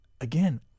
again